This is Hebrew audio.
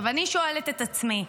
אני שואלת את עצמי: